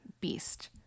beast